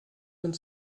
und